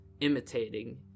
imitating